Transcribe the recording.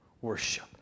worship